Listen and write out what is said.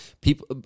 people